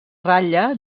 ratlla